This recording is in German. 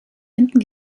hinten